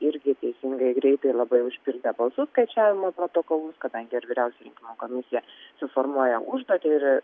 irgi teisingai greitai labai užpildė balsų skaičiavimo protokolus kadangi ir vyriausioji rinkimų komisija suformuoja užduotį ir